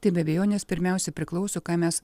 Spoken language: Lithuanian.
tai be abejonės pirmiausia priklauso ką mes